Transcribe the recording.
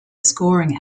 scoring